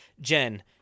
Jen